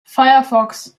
firefox